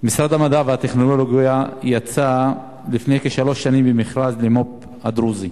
משרד המדע והטכנולוגיה יצא לפני כשלוש שנים במכרז למו"פ הדרוזי.